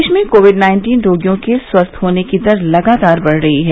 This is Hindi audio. देश में कोविड नाइन्टीन रोगियों के स्वस्थ होने की दर लगातार बढ़ रही है